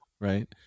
right